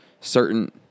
Certain